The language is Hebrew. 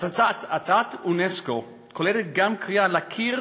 הצעת אונסק"ו כוללת גם קריאה להכיר